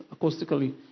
acoustically